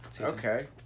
Okay